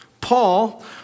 Paul